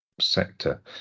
sector